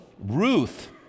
Ruth